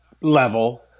level